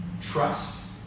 Trust